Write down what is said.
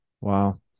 Wow